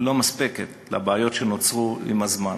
לא מספקת ביחס לבעיות שנוצרו עם הזמן.